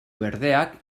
berdeak